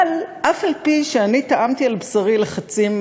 אבל אף-על-פי שאני טעמתי על בשרי לחצים